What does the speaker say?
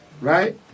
right